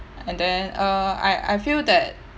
and then uh I I feel that